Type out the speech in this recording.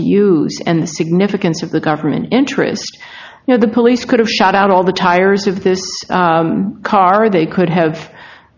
use and the significance of the government interest now the police could have shot out all the tires of this car they could have